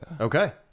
Okay